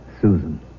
Susan